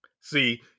see